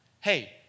hey